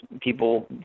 people